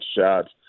shots